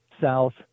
south